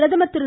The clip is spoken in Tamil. பிரதமர் திரு